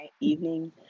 evening